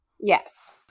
yes